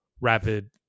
rapid